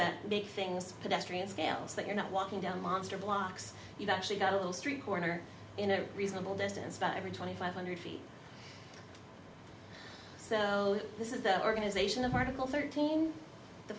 that make things pedestrian scales that you're not walking down monster blocks you've actually got a little street corner in a reasonable distance but every twenty five hundred feet so this is the organization of article thirteen the